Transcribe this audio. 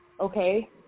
Okay